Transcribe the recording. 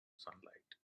sunlight